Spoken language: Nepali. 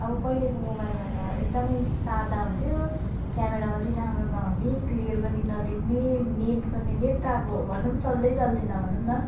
अब पहिलेको मोबाइलमा त एकदम सादा हुन्थ्यो क्यामरा पनि राम्रो नहुने क्लियर पनि नदेख्ने नेट पनि नेट त अब भनौँ चल्दै चल्थेन भनौँ न